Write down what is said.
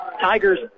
Tigers